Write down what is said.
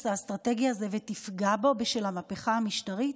האסטרטגי הזה ותפגע בו בשל המהפכה המשטרית,